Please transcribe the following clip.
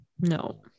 No